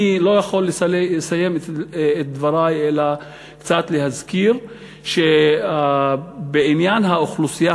אני לא יכול לסיים את דברי בלי קצת להזכיר שבעניין האוכלוסייה